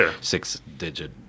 six-digit